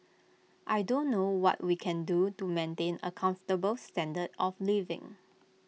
I don't know what we can do to maintain A comfortable standard of living